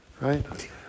Right